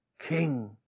King